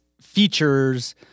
features